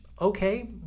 okay